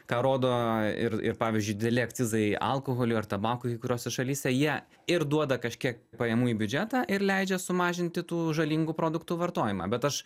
ką rodo ir ir pavyzdžiui dideli akcizai alkoholiui ar tabakui kuriose šalyse jie ir duoda kažkiek pajamų į biudžetą ir leidžia sumažinti tų žalingų produktų vartojimą bet aš